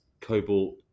cobalt